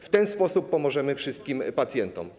W ten sposób pomożemy wszystkim pacjentom.